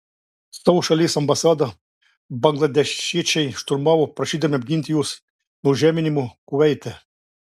savo šalies ambasadą bangladešiečiai šturmavo prašydami apginti juos nuo žeminimo kuveite